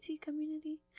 community